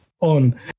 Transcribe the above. on